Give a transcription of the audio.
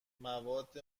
مواد